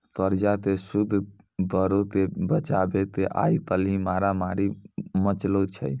कर्जा के सूद दरो के बचाबै के आइ काल्हि मारामारी मचलो छै